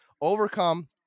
overcome